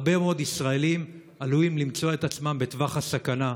הרבה מאוד ישראלים עלולים למצוא את עצמם בטווח הסכנה.